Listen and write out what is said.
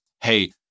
hey